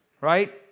right